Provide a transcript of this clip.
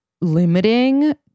limiting